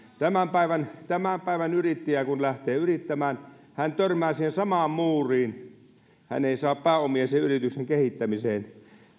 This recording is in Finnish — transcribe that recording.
tämän päivän tämän päivän yrittäjä kun lähtee yrittämään hän törmää siihen samaan muuriin hän ei saa pääomia sen yrityksen kehittämiseen